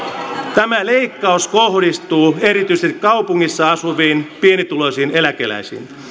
tämä leikkaus kohdistuu erityisesti kaupungeissa asuviin pienituloisiin eläkeläisiin